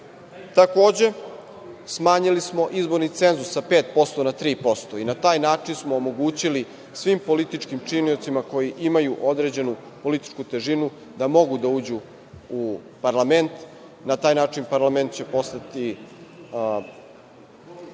smanjili smo izborni cenzus sa 5% na 3% i na taj način smo omogućili svim političkim činiocima koji imaju određenu političku težinu da mogu da uđu u parlament. Na taj način parlament će postati